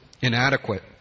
inadequate